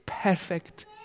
perfect